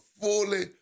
fully